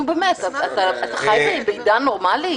נו, באמת, אתה חי בעידן נורמלי?